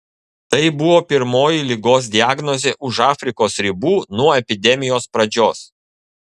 tai buvo pirmoji ligos diagnozė už afrikos ribų nuo epidemijos pradžios